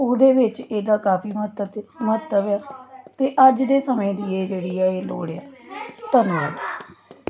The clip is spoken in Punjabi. ਉਹਦੇ ਵਿੱਚ ਇਹਦਾ ਕਾਫੀ ਮਹੱਤਵ ਅਤੇ ਮਹੱਤਵ ਹੈ ਅਤੇ ਅੱਜ ਦੇ ਸਮੇਂ ਦੀ ਇਹ ਜਿਹੜੀ ਹੈ ਇਹ ਲੋੜ ਹੈ ਧੰਨਵਾਦ